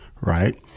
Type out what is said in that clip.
right